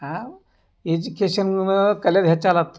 ಎಜುಕೇಶನ್ನ ಕಲ್ಯದು ಹೆಚ್ಚಾಲತ್ತ